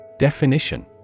Definition